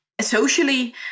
socially